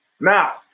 Now